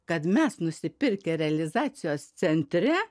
kad mes nusipirkę realizacijos centre